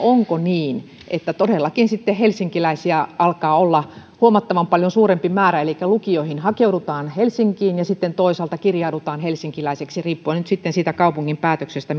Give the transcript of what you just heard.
onko niin että todellakin sitten helsinkiläisiä alkaa olla huomattavan paljon suurempi määrä elikkä että lukioihin hakeudutaan helsinkiin ja sitten toisaalta kirjaudutaan helsinkiläiseksi riippuen nyt sitten siitä kaupungin päätöksestä